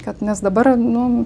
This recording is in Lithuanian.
kad nes dabar nu